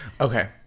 Okay